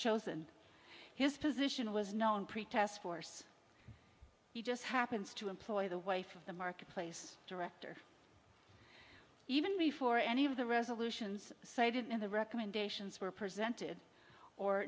chosen his position was known pretest force he just happens to employ the wife of the marketplace director even before any of the resolutions cited in the recommendations were presented or